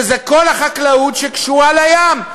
כל החקלאות שקשורה לים,